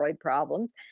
problems